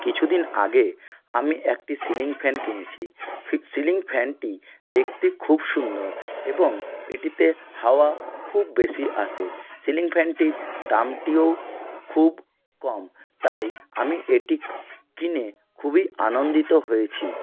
কিছুদিন আগে আমি একটি সিলিং ফ্যান কিনেছি সিলিং ফ্যানটি দেখতে খুব সুন্দর এবং এটিতে হাওয়া খুব বেশি আসে সিলিং ফ্যানটির দামটিও খুব কম তাই আমি এটি কিনে খুবই আনন্দিত হয়েছি